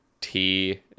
tea